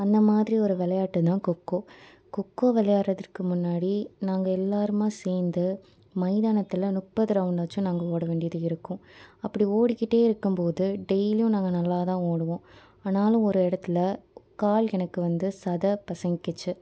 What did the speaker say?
அந்த மாதிரி ஒரு விளையாட்டு தான் கொக்கோ கொக்கோ விளையாட்றதற்கு முன்னாடி நாங்கள் எல்லாருமா சேர்ந்து மைதானத்தில் முப்பது ரவுண்டாச்சும் நாங்கள் ஓடவேண்டியது இருக்கும் அப்படி ஓடிக்கிட்டே இருக்கும் போது டெய்லியும் நாங்கள் நல்லாதான் ஓடுவோம் ஆனாலும் ஒரு இடத்துல கால் எனக்கு வந்து சதை பிசங்கிக்கிச்சி